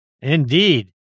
Indeed